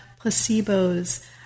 placebos